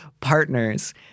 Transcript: partners